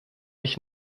ich